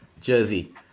jersey